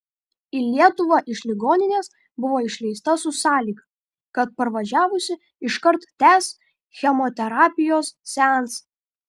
į lietuvą iš ligoninės buvo išleista su sąlyga kad parvažiavusi iškart tęs chemoterapijos seansą